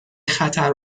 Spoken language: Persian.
خطر